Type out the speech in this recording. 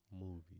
movies